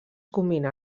combina